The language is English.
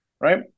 Right